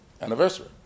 anniversary